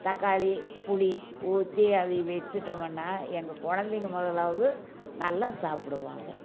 தக்காளி புளி ஊற்றி அதை வச்சுட்டோம்னா எங்கள் குழந்தைங்க முதலாவது நல்லா சாப்பிடுவாங்க